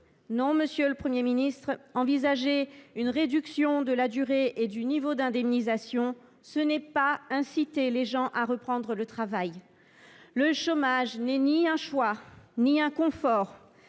Non, monsieur le Premier ministre, envisager une réduction de la durée et du niveau d’indemnisation, ce n’est pas inciter les gens à reprendre le travail ! Le chômage n’est ni un choix ni un confort.